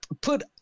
put